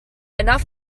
enough